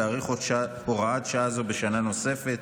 להאריך הוראת שעה זו בשנה נוספת,